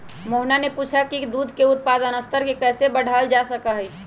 मोहना ने पूछा कई की दूध के उत्पादन स्तर के कैसे बढ़ावल जा सका हई?